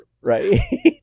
right